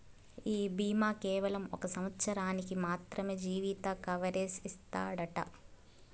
ఈ బీమా కేవలం ఒక సంవత్సరానికి మాత్రమే జీవిత కవరేజ్ ఇస్తాదట